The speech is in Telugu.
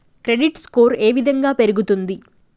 క్రెడిట్ స్కోర్ ఏ విధంగా పెరుగుతుంది?